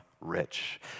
rich